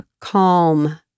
calm